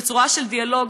בצורה של דיאלוג,